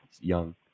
young